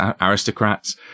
aristocrats